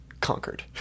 conquered